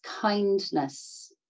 kindness